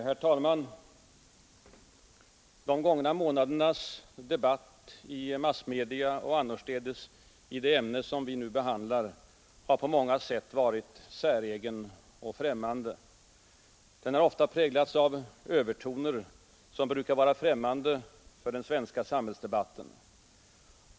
Herr talman! De gångna månadernas debatt i massmedia och annorstädes i det ämne vi nu behandlar har på många sätt varit säregen och främmande. Den har ofta präglats av övertoner som brukar vara främmande för den svenska samhällsdebatten.